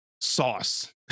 sauce